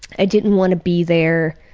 i didn't want to be there.